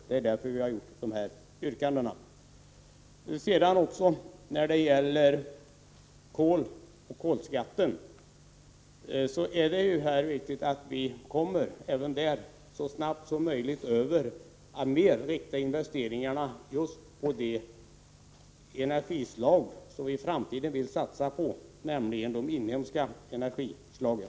Det är därför vi har framställt våra yrkanden på den här punkten. Också när det gäller kolskatten är det viktigt att vi så snabbt som möjligt går över till att mer inrikta investeringarna just på de energislag som vi i framtiden vill satsa på, nämligen de inhemska energislagen.